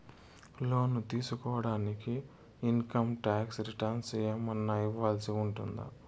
లోను తీసుకోడానికి income tax returns ఏమన్నా ఇవ్వాల్సి ఉంటుందా